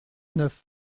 neuf